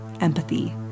empathy